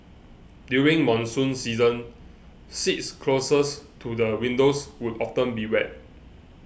during monsoon season seats closest to the windows would often be wet